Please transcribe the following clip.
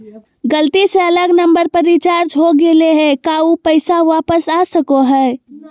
गलती से अलग नंबर पर रिचार्ज हो गेलै है का ऊ पैसा वापस आ सको है?